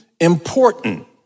important